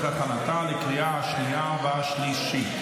25 בעד, חמישה נגד.